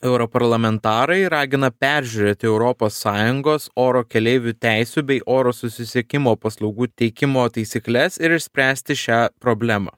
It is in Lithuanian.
europarlamentarai ragina peržiūrėti europos sąjungos oro keleivių teisių bei oro susisiekimo paslaugų teikimo taisykles ir išspręsti šią problemą